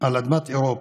על אדמת אירופה.